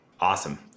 Awesome